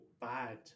bad